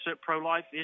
pro-life